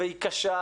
עבודה שהיא קשה,